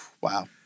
Wow